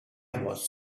was